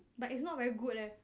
but it's not very good leh